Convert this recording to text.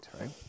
right